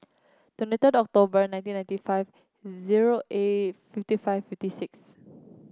twenty third October nineteen ninety five zero eight fifty five fifty six